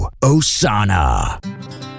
Osana